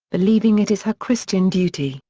believing it is her christian duty.